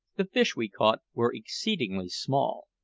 the fish we caught were exceedingly small.